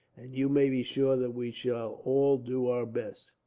and you may be sure that we shall all do our best.